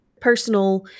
personal